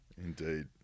indeed